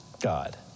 God